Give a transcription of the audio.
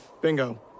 Bingo